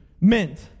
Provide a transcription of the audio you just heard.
meant